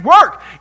work